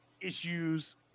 issues